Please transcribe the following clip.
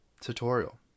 tutorial